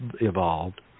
evolved